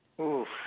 Oof